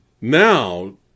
now